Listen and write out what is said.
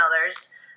others